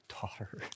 daughter